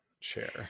chair